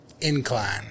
incline